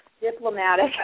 diplomatic